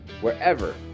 wherever